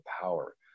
power